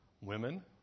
Women